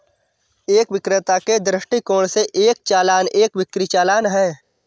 एक विक्रेता के दृष्टिकोण से, एक चालान एक बिक्री चालान है